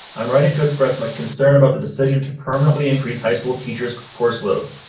i'm writing to express my concern about the decision to permanently increase high school teachers course load.